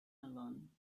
alone